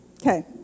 Okay